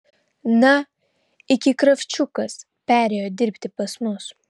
na iki kravčiukas perėjo dirbti pas mus